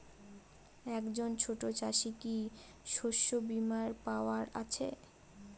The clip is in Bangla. একজন ছোট চাষি কি শস্যবিমার পাওয়ার আছে?